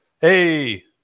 Hey